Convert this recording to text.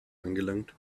angelangt